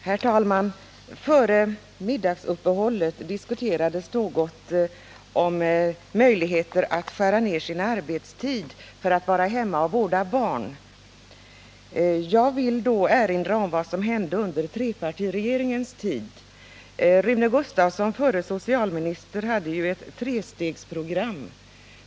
Herr talman! Före middagsuppehållet diskuterades möjligheterna att skära ner sin arbetstid för att vara hemma och vårda barn. Jag vill då erinra om vad som hände under trepartiregeringens tid. Rune Gustavsson, förre socialministern, hade ett trestegsprogram.